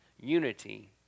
unity